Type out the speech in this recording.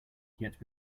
yet